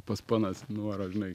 pas panas nuvaro žinai